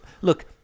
look